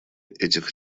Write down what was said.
этих